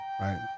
Right